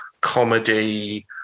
comedy